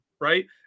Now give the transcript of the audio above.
right